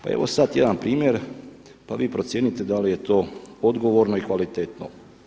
Pa evo sad jedan primjer pa vi procijeniti da li je to odgovorno ili kvalitetno.